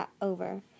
over